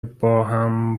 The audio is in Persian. باهم